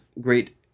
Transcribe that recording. great